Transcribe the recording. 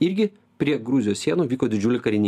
irgi prie gruzijos sienų vyko didžiuliai kariniai